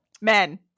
Men